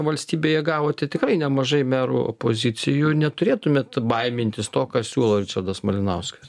valstybėje gavote tikrai nemažai merų pozicijų neturėtumėt baimintis to ką siūlo ričardas malinauskas